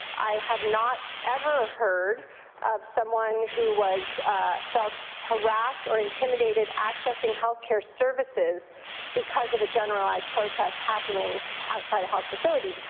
i have not ever heard of someone who was felt harassed or intimidated accessing health care services because of a generalized protest happening outside a health facility.